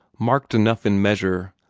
marked enough in measure,